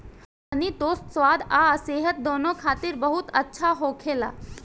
हनी toast स्वाद आ सेहत दूनो खातिर बहुत अच्छा होखेला